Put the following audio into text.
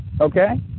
okay